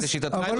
לשיטתכם?